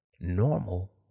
normal